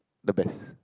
the best